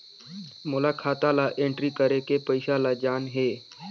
मोला खाता ला एंट्री करेके पइसा ला जान हे?